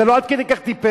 אתה לא עד כדי כך טיפש,